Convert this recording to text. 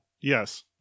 Yes